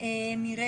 לך.